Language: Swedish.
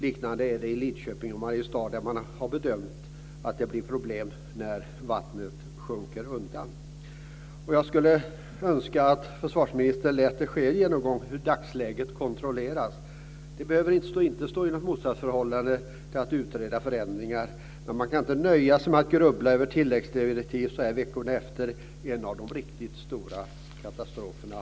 Också i Lidköping och Mariestad har man bedömt att det blir problem när vattnet sjunker undan. Jag skulle önska att försvarsministern lät göra en genomgång av vilken kontroll man har över dagsläget. Detta behöver inte stå i motsatsförhållande till att utreda inträffade förändringar. Man kan inte nöja sig med att grubbla över tilläggsdirektiv så här veckorna efter en av de riktigt stora katastroferna.